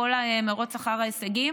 לכל המרוץ אחר ההישגים.